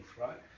right